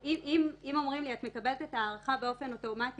אם אומרים לי את מקבלת את ההארכה באופן אוטומטי